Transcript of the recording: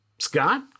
Scott